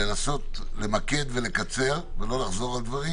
מהדוברים הבאים למקד ולקצר ולא לחזור על דברים